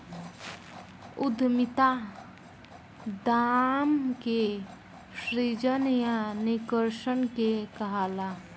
उद्यमिता दाम के सृजन या निष्कर्सन के कहाला